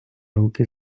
руки